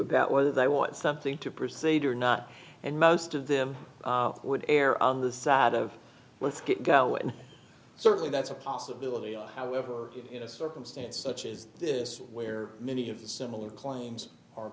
about whether they want something to proceed or not and most of them would err on the side of let's get go and certainly that's a possibility on however in a circumstance such as this where many of the similar claims